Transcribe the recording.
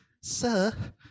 Sir